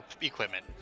equipment